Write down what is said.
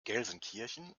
gelsenkirchen